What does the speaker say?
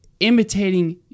imitating